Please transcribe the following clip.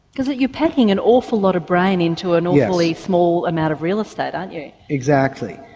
because you're packing an awful lot of brain into an awfully small amount of real estate aren't you? exactly.